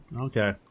Okay